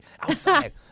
outside